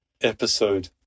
episode